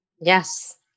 Yes